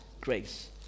grace